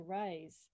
raise